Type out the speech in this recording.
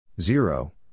Zero